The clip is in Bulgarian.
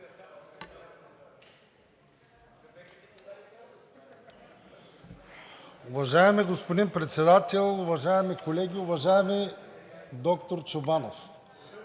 Уважаеми господин Председател, уважаеми колеги! Уважаеми доктор Чобанов…